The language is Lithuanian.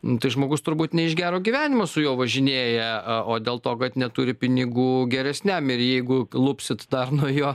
nu tai žmogus turbūt ne iš gero gyvenimo su juo važinėja o dėl to kad neturi pinigų geresniam ir jeigu lupsit dar nuo jo